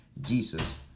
Jesus